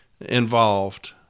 involved